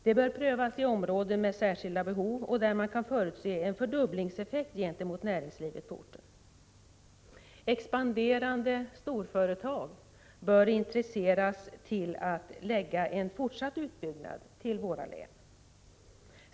Det bör prövas i områden med särskilda behov och där man kan förutse en fördubblingseffekt gentemot näringslivet på orten. Expanderande storföretag bör intresseras för att lägga en fortsatt utbyggnad till våra län.